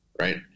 right